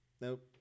Nope